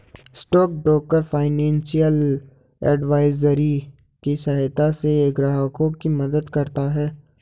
stock broker financial advisory के सहायता से ग्राहकों की मदद करता है